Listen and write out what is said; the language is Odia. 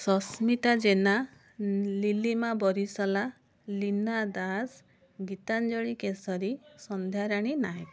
ସସ୍ମିତା ଜେନା ଲିଲିମା ବରିସାଲା ଲୀନା ଦାସ ଗୀତାଞ୍ଜଳି କେଶରୀ ସନ୍ଧ୍ୟାରାଣୀ ନାୟକ